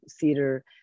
theater